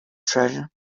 treasure